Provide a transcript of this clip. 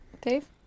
Dave